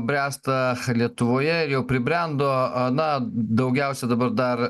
bręsta lietuvoje jau pribrendo na daugiausiai dabar dar